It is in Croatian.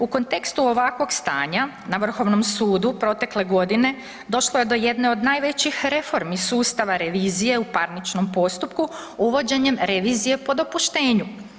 U kontekstu ovakvog stanja na vrhovnom sudu protekle godine došlo je do jedne od najvećih reformi sustava revizije u parničnom postupku uvođenjem revizije po dopuštenju.